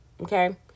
Okay